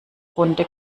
runde